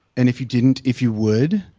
and if you didn't, if you would,